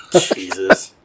Jesus